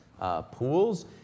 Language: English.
pools